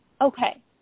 Okay